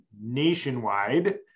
nationwide